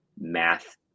math